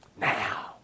Now